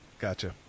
gotcha